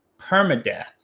permadeath